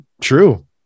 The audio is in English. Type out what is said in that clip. true